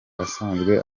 asanzwe